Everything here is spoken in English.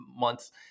months